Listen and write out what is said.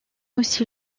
aussi